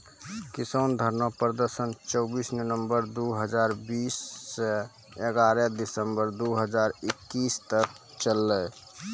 किसान धरना प्रदर्शन चौबीस नवंबर दु हजार बीस स ग्यारह दिसंबर दू हजार इक्कीस तक चललै